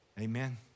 Amen